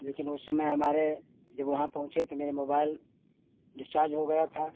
लेकिन उस समय हमारे जब वहाँ पहुँचे तो मेरे मोबाइल डिस्चार्ज हो गया था